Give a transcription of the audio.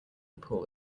pool